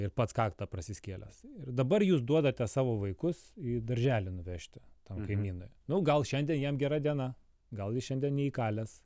ir pats kaktą prasiskėlęs ir dabar jūs duodate savo vaikus į darželį nuvežti tam kaimynui nu gal šiandien jam gera diena gal jis šiandien neįkalęs